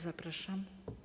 Zapraszam.